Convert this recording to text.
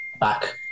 back